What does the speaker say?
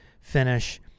finish